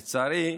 לצערי,